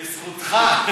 בזכותך.